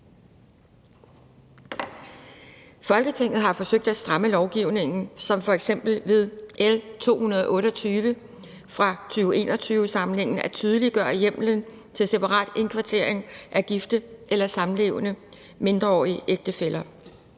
Folketinget har forsøgt at stramme lovgivningen som f.eks. ved med lovforslag nr. L 228 fra 2020-21-samlingen at tydeliggøre hjemlen til separat indkvartering af mindreårige gifte eller